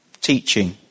teaching